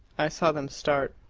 i saw them start.